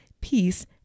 peace